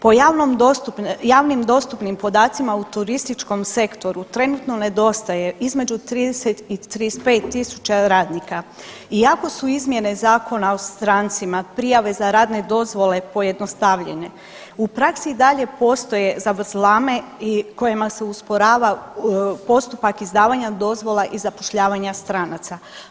Po javnim dostupnim podacima u turističkom sektoru trenutno nedostaje između 30 i 35.000 radnika i ako su izmjene Zakona o strancima prijave za radne dozvole pojednostavljene u praksi i dalje postoje zavrzlame kojima se usporava postupak izdavanja dozvola i zapošljavanja stranaca.